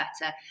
better